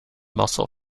muscle